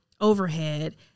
overhead